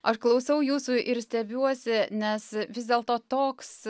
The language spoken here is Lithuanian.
aš klausau jūsų ir stebiuosi nes vis dėlto toks